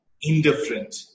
indifferent